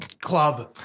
club